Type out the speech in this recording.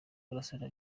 kurasana